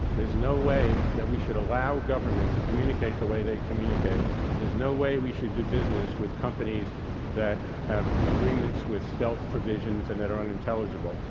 there is no way that we should allow government to communicate the way they communicate. there is no way we should do business with companies that have agreements with stealth provisions and that are unintelligible.